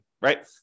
right